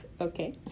Okay